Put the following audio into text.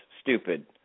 stupid